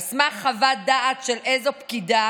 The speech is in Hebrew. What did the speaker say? על סמך חוות דעת של פקידה